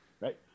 right